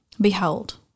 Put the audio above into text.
Behold